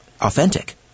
authentic